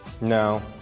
No